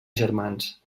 germans